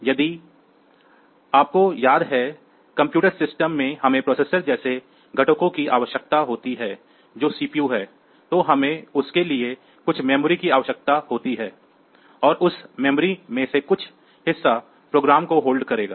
इसलिए यदि आपको याद है कि कंप्यूटर सिस्टम में हमें प्रोसेसर जैसे घटकों की आवश्यकता होती है जो सीपीयू है तो हमें उसके लिए कुछ मेमोरी की आवश्यकता होती है और उस मेमोरी में से कुछ हिस्सा प्रोग्राम को होल्ड करेगा